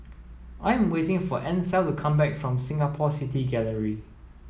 I am waiting for Ansel to come back from Singapore City Gallery